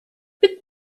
mit